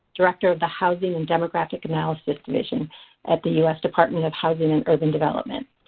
director of the housing and demographic analysis division at the us department of housing and urban development.